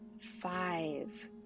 Five